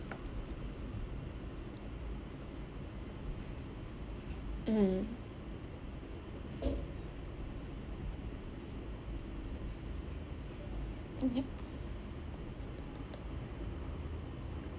mm yah